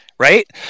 right